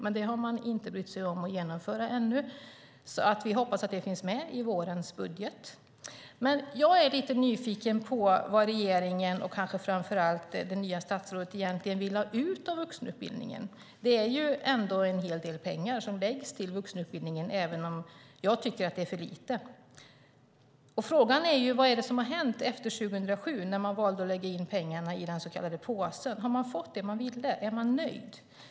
Men det har man inte brytt sig om att genomföra ännu. Vi hoppas att det finns med i vårens budget. Jag är lite nyfiken på vad regeringen och kanske framför allt det nya statsrådet egentligen vill ha ut av vuxenutbildningen. Det är ändå en hel del pengar som läggs på vuxenutbildningen, även om jag tycker att det är för lite. Frågan är vad som har hänt efter 2007, då man valde att lägga in pengarna i den så kallade påsen. Har man fått det man ville? Är man nöjd?